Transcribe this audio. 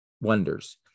wonders